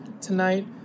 tonight